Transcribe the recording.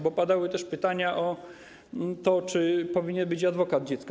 Bo padały też pytania o to, czy powinien być adwokat dziecka.